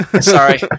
Sorry